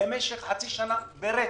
במשך חצי שנה ברצף?